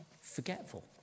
forgetful